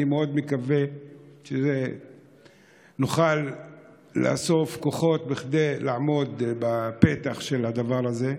אני מאוד מקווה שנוכל לאסוף כוחות כדי לעמוד בפרץ של הדבר הזה.